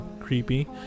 creepy